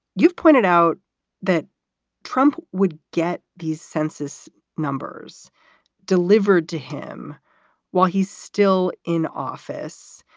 you've pointed out that trump would get these census numbers delivered to him while he's still in office,